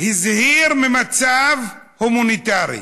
ממצב הומניטרי.